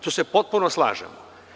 Tu se potpuno slažemo.